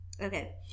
okay